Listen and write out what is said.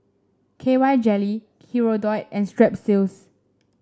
K Y Jelly Hirudoid and Strepsils